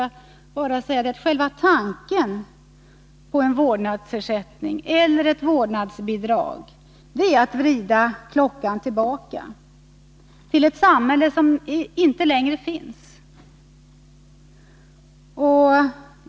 Jag vill bara säga att själva tanken på vårdnadsersättning eller vårdnadsbidrag är att vrida klockan tillbaka till ett samhälle som inte längre finns.